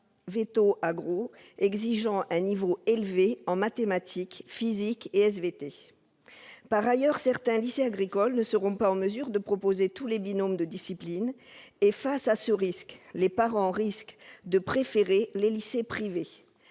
et sciences de la vie et de la terre, ou SVT. Par ailleurs, certains lycées agricoles ne seront pas en mesure de proposer tous les binômes de disciplines et, face à ce risque, les parents risquent de préférer les lycées privés.